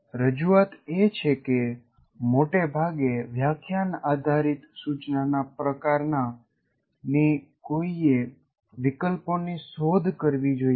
રજૂઆત એ છે કે મોટે ભાગે વ્યાખ્યાન આધારિત સૂચનાના પ્રકારના ની કોઈએ વિકલ્પોની શોધ કરવી જોઈએ